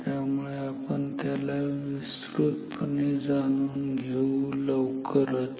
त्यामुळे आपण त्याला विस्तृतपणे जाणून घेऊ लवकरच